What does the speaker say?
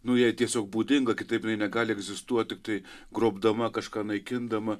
nu jai tiesiog būdinga kitaip jinai negali egzistuot tiktai grobdama kažką naikindama